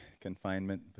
confinement